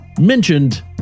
mentioned